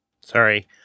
Sorry